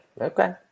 Okay